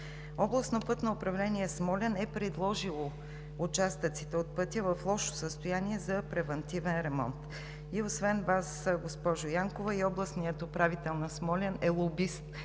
Областното пътно управление – Смолян, е предложило участъците от пътя в лошо състояние за превантивен ремонт. Освен Вас, госпожо Янкова, и областният управител на Смолян е лобист